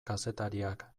kazetariak